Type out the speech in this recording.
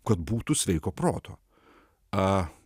kad būtų sveiko proto